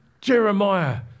Jeremiah